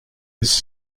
his